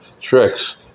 tricks